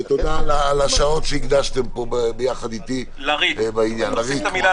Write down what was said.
ותודה על השעות שהקדשתם פה יחד אתי בעניין הזה.